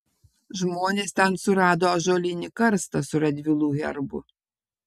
žmonės ten surado ąžuolinį karstą su radvilų herbu